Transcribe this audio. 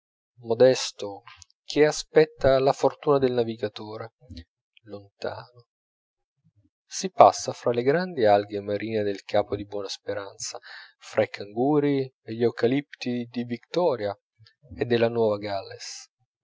modesto che aspetta la fortuna dal navigatore lontano si passa fra le grandi alghe marine del capo di buona speranza fra i canguri e gli eucalipti di victoria e della nuova galles